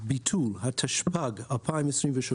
(ביטול), התשפ"ג-2023